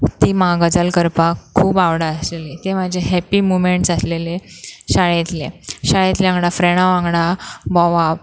ती म्हाका गजाल करपाक खूब आवडा आसलेली ते म्हाजे हॅप्पी मुमेंट्स आसलेले शाळेंतले शाळेंतले वांगडा फ्रेंडा वांगडा भोंवप